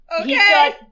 Okay